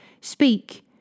speak